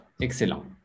Excellent